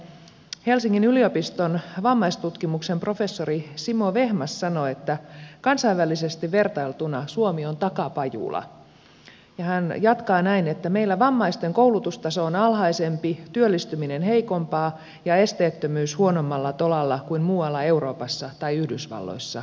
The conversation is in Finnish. nimittäin helsingin yliopiston vammaistutkimuksen professori simo vehmas sanoo että kansainvälisesti vertailtuna suomi on takapajula ja hän jatkaa näin että meillä vammaisten koulutustaso on alhaisempi työllistyminen heikompaa ja esteettömyys huonommalla tolalla kuin muualla euroopassa tai yhdysvalloissa